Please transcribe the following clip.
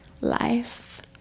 life